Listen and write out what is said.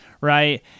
Right